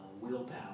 willpower